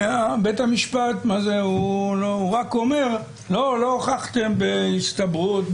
בית המשפט רק אומר שלא הוכחתם בהסתברות,